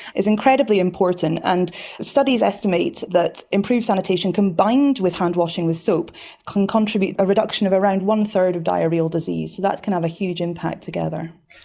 is incredibly important. and studies estimate that improved sanitation combined with hand washing with soap can contribute a reduction of around one-third of diarrhoeal disease. so that can have a huge impact together.